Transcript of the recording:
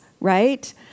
right